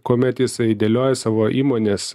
kuomet jisai dėlioja savo įmonės